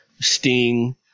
Sting